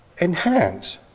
enhance